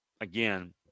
again